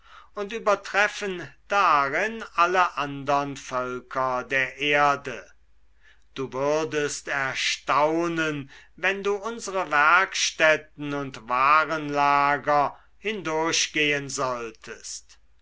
und übertreffen darin alle andern völker der erde du würdest erstaunen wenn du unsere werkstätten und warenlager hindurchgehen solltest